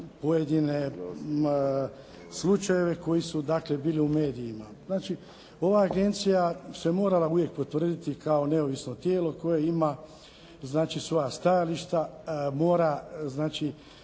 pojedine slučajeve koji su dakle bili u medijima. Znači ova agencija se morala uvijek potvrditi kao neovisno tijelo koje ima znači svoja stajališta, mora znači